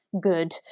good